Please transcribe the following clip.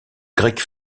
grecque